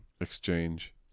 exchange